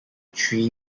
three